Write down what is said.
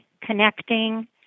connecting